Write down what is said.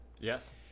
Yes